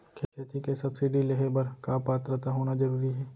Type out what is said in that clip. खेती के सब्सिडी लेहे बर का पात्रता होना जरूरी हे?